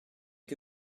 que